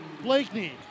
Blakeney